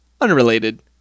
unrelated